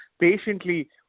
patiently